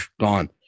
gone